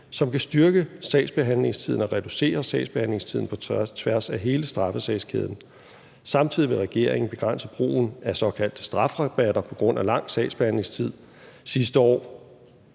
konkrete tiltag, som kan reducere sagsbehandlingstiden på tværs af hele straffesagskæden. Samtidig vil regeringen begrænse brugen af såkaldte strafrabatter på grund af en lang sagsbehandlingstid. Sidste år